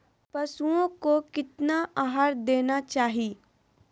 पशुओं को कितना आहार देना चाहि?